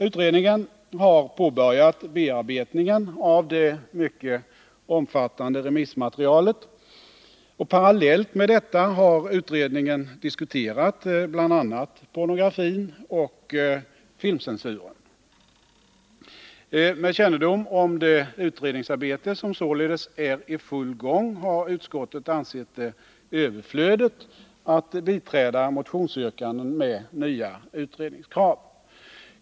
Utredningen har påbörjat bearbetningen av det mycket omfattande remissmaterialet, och parallellt med detta har utredningen diskuterat bl.a. pornografin och filmcensuren. Med kännedom om det utredningsarbete som således är i full gång har utskottet ansett det överflödigt att biträda motionsyrkanden med nya utredningskrav.